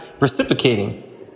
reciprocating